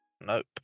Nope